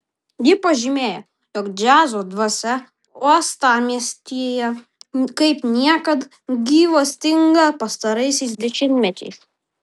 ji pažymėjo jog džiazo dvasia uostamiestyje kaip niekad gyvastinga pastaraisiais dešimtmečiais